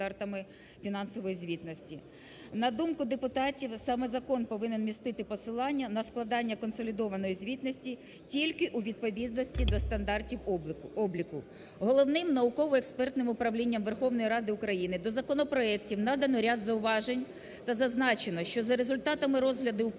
На думку депутатів, а саме закон повинен містити посилання на складання консолідованої звітності тільки у відповідності до стандартів обліку. Головним науково-експертним управлінням Верховної Ради України до законопроектів надано ряд зауважень та зазначено, що за результатами розгляду в